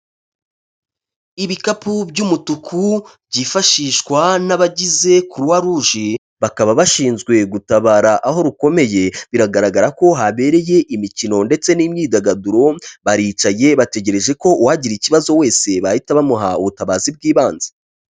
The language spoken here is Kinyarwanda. Ibikapu by'umutuku byifashishwa n'abagize Croix rouge, bakaba bashinzwe gutabara aho rukomeye biragaragara ko habereye imikino ndetse n'imyidagaduro, baricaye bategereje ko uwagira ikibazo wese bahita bamuha ubutabazi bw'ibanze.